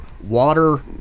water